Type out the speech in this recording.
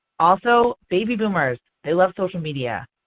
also, baby boomers they love social media.